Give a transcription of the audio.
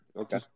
Okay